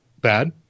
bad